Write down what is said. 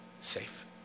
safe